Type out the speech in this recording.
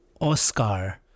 oscar